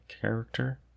character